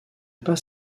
pas